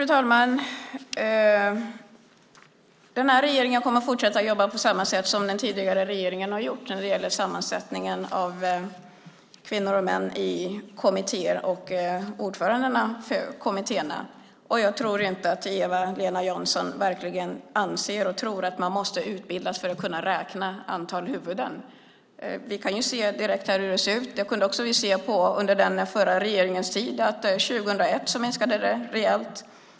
Fru talman! Den här regeringen kommer att fortsätta jobba på samma sätt som den tidigare regeringen har gjort när det gäller sammansättningen av kvinnor och män i kommittéer och ordförande för kommittéerna. Jag tror inte att Eva-Lena Jansson verkligen anser och tror att man måste utbildas för att kunna räkna antal huvuden. Vi kan se direkt här hur det ser ut. Det kunde vi se också under den förra regeringens tid. År 2001 minskade det rejält.